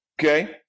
okay